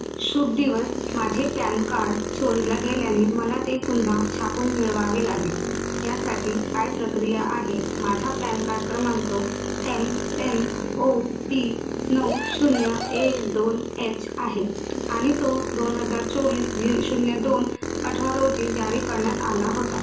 शुभ दिवस माझे पॅन कार्ड चोरीला गेल्याने मला ते पुन्हा छापून मिळवावे लागेल यासाठी काय प्रक्रिया आहे माझा पॅन कार्ड क्रमांक एम एन ओ पी नऊ शून्य एक दोन एच आहे आणि तो दोन हजार चोवीस झी शून्य दोन अठरा रोजी जारी करण्यात आला होता